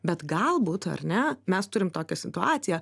bet galbūt ar ne mes turime tokią situaciją